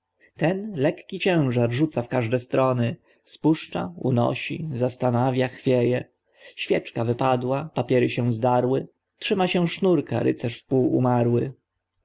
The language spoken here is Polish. ten lekki ciężar rzuca w każde strony spuszcza unosi zastanawia chwieje świeczka wypadła papiery się zdarły trzyma się sznurka rycerz wpół umarły